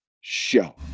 show